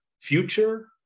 future